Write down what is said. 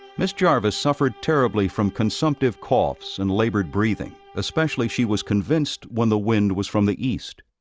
miss jarvis suffered terribly from consumptive coughs and labored breathing especially, she was convinced, when the wind was from the east.